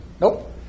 Nope